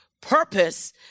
purpose